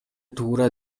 туура